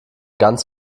ganz